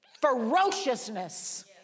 ferociousness